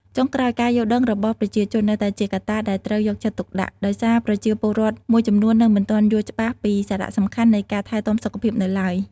ចុងក្រោយ ការយល់ដឹងរបស់ប្រជាជន នៅតែជាកត្តាដែលត្រូវយកចិត្តទុកដាក់ ដោយសារប្រជាពលរដ្ឋមួយចំនួននៅមិនទាន់យល់ច្បាស់ពីសារៈសំខាន់នៃការថែទាំសុខភាពនៅឡើយ។